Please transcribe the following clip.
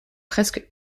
presque